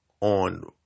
On